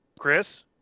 Chris